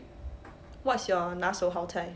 what's your 拿手好菜